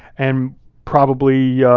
and probably, yeah